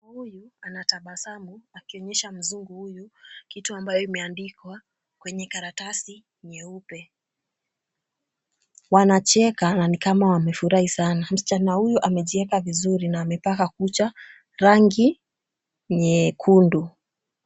Mtu huyu anatabasamu akionyesha mzungu huyu kitu ambayo imeandikwa kwenye karatasi nyeupe. Wanacheka na nikama wamefurahi sana. Msichana huyu amejieka vizuri na amepaka kucha rangi nyekundu.